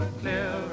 clear